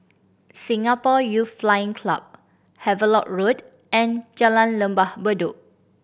Singapore Youth Flying Club Havelock Road and Jalan Lembah Bedok